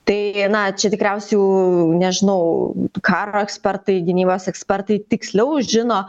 tai na čia tikriausiai jau nežinau karo ekspertai gynybos ekspertai tiksliau žino